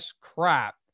crap